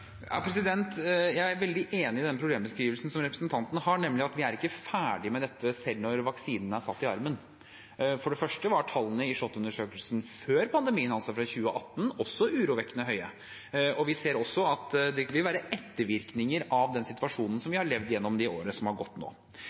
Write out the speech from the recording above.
Jeg er veldig enig i den problembeskrivelsen som representanten har, nemlig at vi er ikke ferdig med dette selv når vaksinen er satt i armen. For det første var tallene i SHoT-undersøkelsen før pandemien, altså for 2018, også urovekkende høye. Vi ser også at det vil være ettervirkninger av den situasjonen som vi har levd igjennom det året som har gått nå.